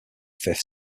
fifth